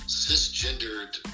cisgendered